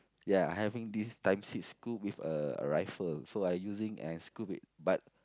ya I having this times six scope with a a rifle so I using and scope it but